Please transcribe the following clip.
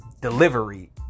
delivery